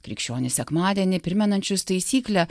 krikščionys sekmadienį primenančius taisyklę